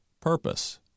purpose